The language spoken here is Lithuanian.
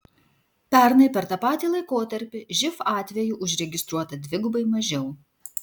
pernai per tą patį laikotarpį živ atvejų užregistruota dvigubai mažiau